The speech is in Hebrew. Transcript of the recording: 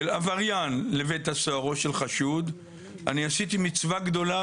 של עבריין לבית הסוהר או של חשוד עשיתי מצווה גדולה,